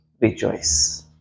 rejoice